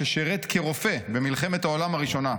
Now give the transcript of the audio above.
ששירת כרופא במלחמת העולם הראשונה.